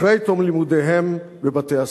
אחרי תום לימודיהם בבתי הספר".